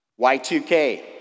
Y2K